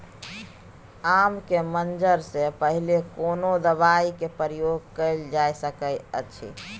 आम के मंजर से पहिले कोनो दवाई के प्रयोग कैल जा सकय अछि?